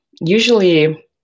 usually